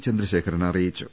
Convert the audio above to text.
ചന്ദ്രശേഖരൻ അറിയിച്ചു